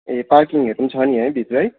ए पार्किङहरू पनि छ नि है भित्रै